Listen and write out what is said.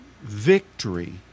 victory